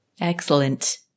Excellent